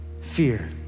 Fear